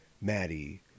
Maddie